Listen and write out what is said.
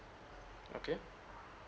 okay